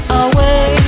away